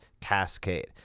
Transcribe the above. cascade